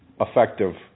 Effective